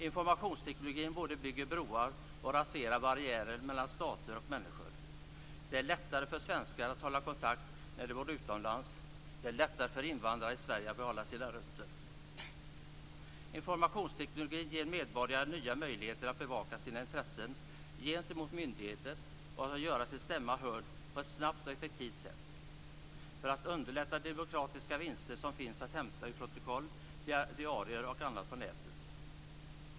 Informationstekniken både bygger broar och raserar barriärer mellan stater och människor. Det är lättare för svenskar att hålla kontakt när de bor utomlands. Det är lättare för invandrare i Sverige att behålla sina rötter. Informationstekniken ger medborgare nya möjligheter att bevaka sina intressen gentemot myndigheter och att göra sina stämmor hörda på ett snabbt och effektivt sätt. Det underlättar de demokratiska vinster som finns att hämta i protokoll, diarier och annat på nätet.